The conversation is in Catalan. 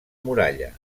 muralla